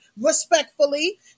respectfully